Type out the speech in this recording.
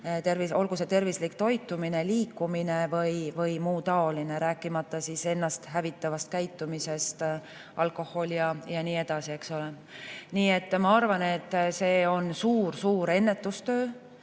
olgu see tervislik toitumine, liikumine või muu taoline, rääkimata ennasthävitava käitumise, alkoholi ja nii edasi [vältimisest]. Nii et ma arvan, et see on suur-suur ennetustöö,